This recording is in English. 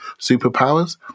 superpowers